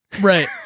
Right